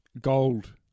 Gold